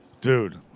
Dude